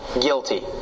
guilty